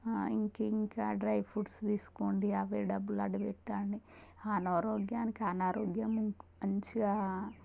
ఇంక ఇంకా dry fruits తీసుకోండి అవే డబ్బులు అటు పెట్టండి ఆనారోగ్యానికి అనారోగ్యము మంచిగా